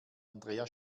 andrea